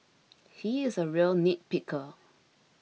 he is a real nitpicker